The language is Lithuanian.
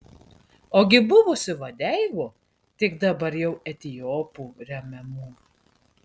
ogi buvusių vadeivų tik dabar jau etiopų remiamų